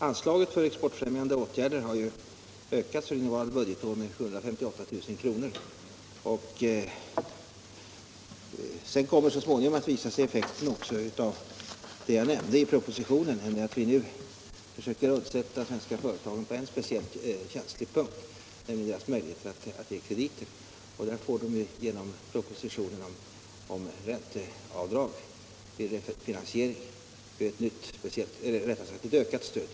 Anslaget till exportfrämjande åtgärder har ökats under innevarande budgetår med 758 000 kr. Sedan kommer så småningom att visa sig effekten av det vi föreslagit i propositionen, där vid söker undsätta svenska företag på en speciellt känslig punkt, nämligen deras möjligheter att ge krediter. Där får de genom propositionens förslag till ränteavdrag vid finansieringen ett ökat stöd.